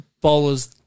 bowlers